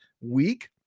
week